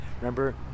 Remember